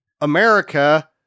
America